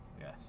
Yes